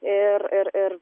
ir ir ir